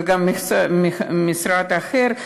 או משרד אחר,